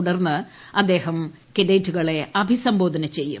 തുടർന്ന് അദ്ദേഹം കേഡറ്റുകളെ അഭിസംബോധന ചെയ്യും